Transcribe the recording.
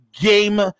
game